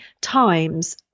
times